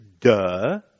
duh